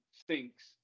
stinks